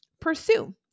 pursue